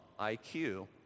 IQ